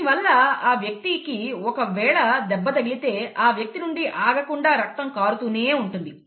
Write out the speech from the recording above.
దీనివల్ల ఆ వ్యక్తికి ఒకవేళ దెబ్బ తగిలితే ఆ వ్యక్తి నుండి ఆగకుండా రక్తం కారుతూనే ఉంటుంది